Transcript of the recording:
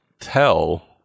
tell